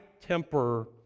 temper